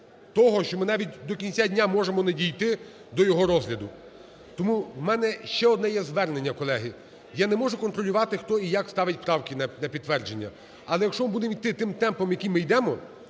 того, що ми навіть до кінця дня можемо не дійти до його розгляду. Тому в мене ще одне є звернення, колеги. Я не можу контролювати, хто і як ставить правки на підтвердження, але якщо будемо йти тим темпом, яким ми йдемо,